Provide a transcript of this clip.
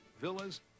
villas